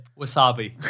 Wasabi